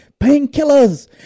Painkillers